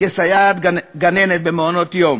כסייעת גננת במעונות-יום.